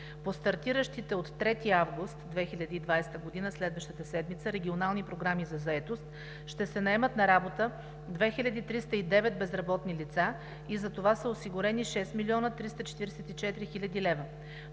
По стартиращите от 3 август 2020 г. – следващата седмица, регионални програми за заетост ще се наемат на работа 2309 безработни лица и затова са осигурени 6 млн. 344 хил. лв.